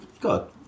God